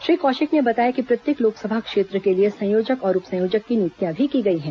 श्री कौशिक ने बताया कि प्रत्येक लोकसभा क्षेत्र के लिए संयोजक और उप संयोजक की नियुक्तयां भी की गई हैं